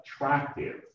attractive